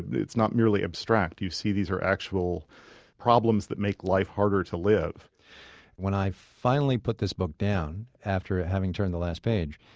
it's not merely abstract, you see these are actual problems that make life harder to live when i finally put this book down, after having turned the last page,